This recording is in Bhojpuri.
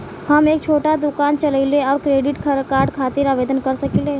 हम एक छोटा दुकान चलवइले और क्रेडिट कार्ड खातिर आवेदन कर सकिले?